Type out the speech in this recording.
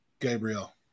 Gabriel